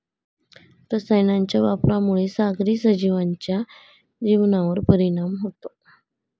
रसायनांच्या वापरामुळे सागरी सजीवांच्या जीवनावर परिणाम होतो